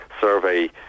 survey